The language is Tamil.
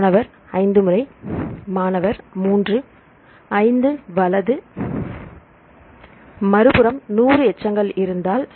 மாணவர் 5 முறை மாணவர் 3 5 வலது மறுபுறம் 1000 எச்சங்கள் இருந்தால்